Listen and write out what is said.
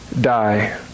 die